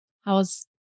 How's